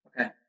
Okay